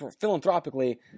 philanthropically